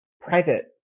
private